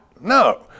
No